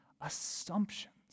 assumptions